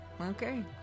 okay